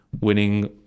winning